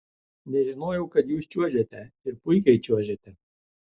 nežinojau kad jūs čiuožiate ir puikiai čiuožiate